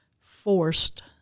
forced